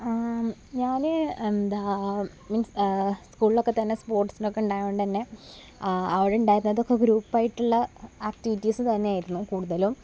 ഞാൻ എന്താണ് മീൻസ് സ്കൂളിലൊക്കെ തന്നെ സ്പോർട്സിനൊക്കെ ഉണ്ടായത് കൊണ്ട് തന്നെ അവിടെ ഉണ്ടായിരുന്നതൊക്കെ ഗ്രൂപ്പായിട്ടുള്ള ആക്ടിവിറ്റീസ് തന്നെ ആയിരുന്നു കൂടുതലും